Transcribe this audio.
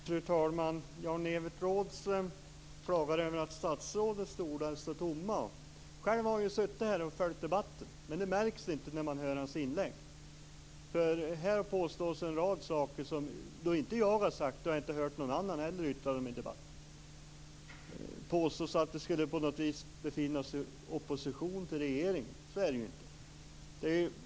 Fru talman! Jan-Evert Rådhström klagar över att statsrådens stolar står tomma. Själv har han suttit här och följt debatten, men det märks inte när man hör hans inlägg. Här påstås en rad saker som inte jag har sagt och inte hört någon annan heller yttra det i debatten. Det påstås att det här på något vis skulle vara i opposition till regeringen. Så är det inte.